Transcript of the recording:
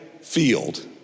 Field